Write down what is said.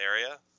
area